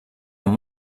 amb